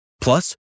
Plus